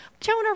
Jonah